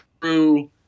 true